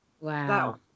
wow